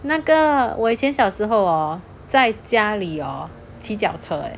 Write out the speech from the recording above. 那个我以前小时候 orh 在家里 orh 骑脚车 leh